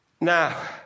Now